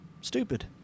stupid